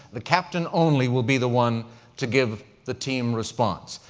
the captain only will be the one to give the team response.